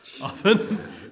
often